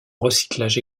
recyclage